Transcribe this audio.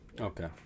Okay